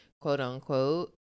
quote-unquote